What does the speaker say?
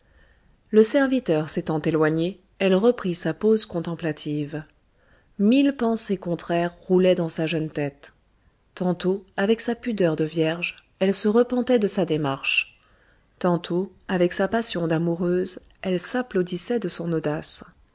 le serviteur s'étant éloigné elle reprit sa pose contemplative mille pensées contraires roulaient dans sa jeune tête tantôt avec sa pudeur de vierge elle se repentait de sa démarche tantôt avec sa passion d'amoureuse elle s'applaudissait de son audace